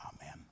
Amen